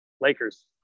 Lakers